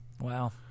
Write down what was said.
Wow